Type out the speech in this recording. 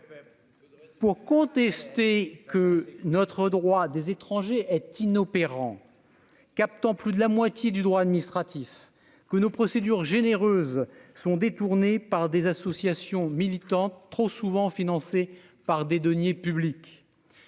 Pour contester que notre droit des étrangers est inopérant capte en plus de la moitié du droit administratif que nos procédures généreuses sont détournés par des associations militantes trop souvent financé par des deniers publics.